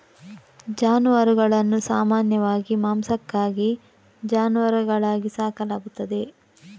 ಜಾನುವಾರುಗಳನ್ನು ಸಾಮಾನ್ಯವಾಗಿ ಮಾಂಸಕ್ಕಾಗಿ ಜಾನುವಾರುಗಳಾಗಿ ಸಾಕಲಾಗುತ್ತದೆ